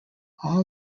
all